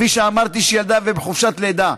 שכפי שאמרתי שהיא ילדה והיא בחופשת לידה.